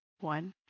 one